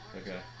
okay